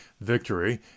victory